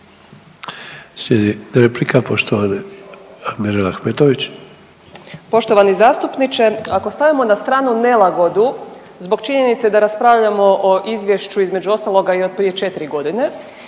Slijedi replika poštovane Mirele Ahmetović. **Ahmetović, Mirela (SDP)** Poštovani zastupniče, ako stavimo na stranu nelagodu zbog činjenice da raspravljamo o izvješću između ostaloga i od prije 4.g. i